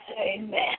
Amen